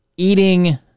Eating